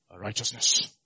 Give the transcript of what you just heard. righteousness